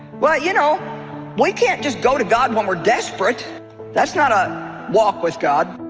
well, you know we can't just go to god when we're desperate that's not a walk with god.